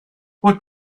what